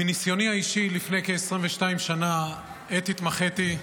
מניסיוני האישי לפני כ-22 שנה, עת התמחיתי,